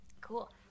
Cool